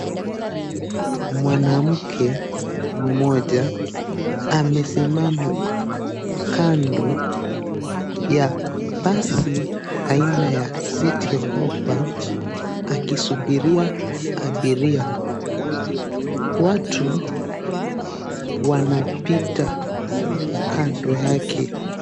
Mwanamke mmoja amesimama kando ya basi aina ya Citi Hoppa akisubiria abiria. Watu wanapita kando yake.